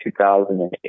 2008